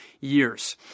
years